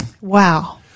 Wow